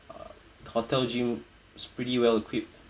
uh the hotel gym was pretty well equipped